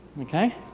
Okay